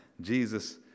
Jesus